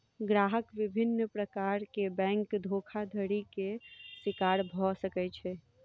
ग्राहक विभिन्न प्रकार के बैंक धोखाधड़ी के शिकार भअ सकै छै